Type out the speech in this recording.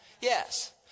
Yes